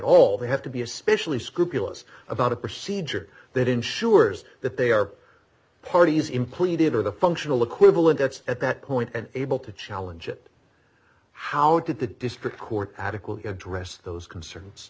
all they have to be especially scrupulous about a procedure that ensures that they are parties in pleated are the functional equivalent that's at that point and able to challenge it how did the district court adequately address those concerns